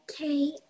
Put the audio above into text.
Okay